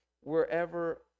wherever